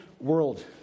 world